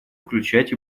включать